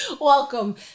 welcome